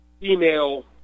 female